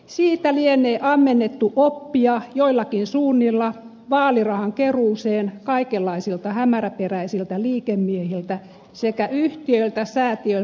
siitä lienee ammennettu oppia joillakin suunnilla vaalirahan keruuseen kaikenlaisilta hämäräperäisiltä liikemiehiltä sekä yhtiöiltä säätiöiltä ja vastaavilta